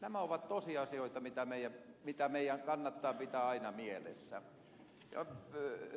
nämä ovat tosiasioita mitkä meidän kannattaa pitää aina mielessä